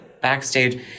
backstage